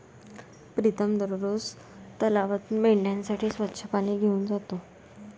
प्रीतम दररोज तलावातून मेंढ्यांसाठी स्वच्छ पाणी घेऊन जातो